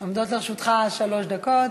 עומדות לרשותך שלוש דקות.